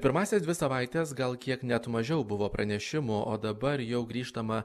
pirmąsias dvi savaites gal kiek net mažiau buvo pranešimų o dabar jau grįžtama